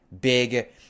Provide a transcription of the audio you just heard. big